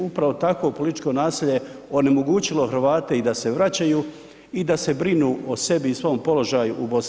Upravo takvo političko nasilje je onemogućilo Hrvate i da se vraćaju i da se brinu o sebi i svom položaju u BiH.